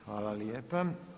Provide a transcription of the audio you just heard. Hvala lijepa.